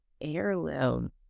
heirloom